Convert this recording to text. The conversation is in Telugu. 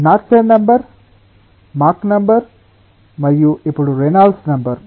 నాడ్సెన్ నంబర్ మాక్ నంబర్ మరియు ఇప్పుడు రేనాల్డ్స్ నంబర్